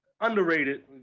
Underrated